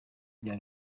bya